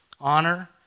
honor